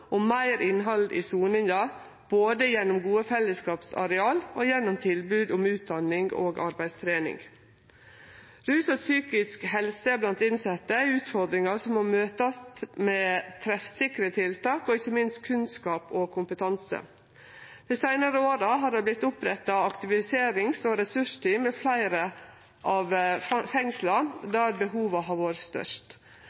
meir innhald i soninga både gjennom gode fellesskapsareal og gjennom tilbod om utdanning og arbeidstrening. Rus og psykisk helse blant dei innsette er utfordringar som må møtast med treffsikre tiltak, og ikkje minst med kunnskap og kompetanse. Dei seinare åra har det vorte oppretta aktiviserings- og ressursteam ved fleire av fengsla